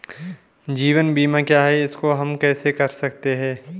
जीवन बीमा क्या है इसको हम कैसे कर सकते हैं?